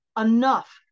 enough